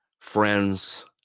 friends